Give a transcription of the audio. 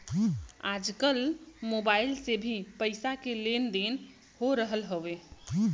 आजकल मोबाइल से भी पईसा के लेन देन हो रहल हवे